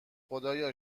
خدایا